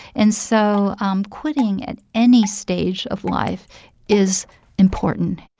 and so um quitting at any stage of life is important